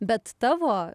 bet tavo